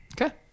Okay